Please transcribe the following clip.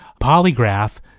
polygraph